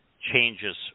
changes